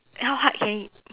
how hard can it